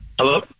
Hello